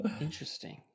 Interesting